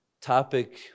topic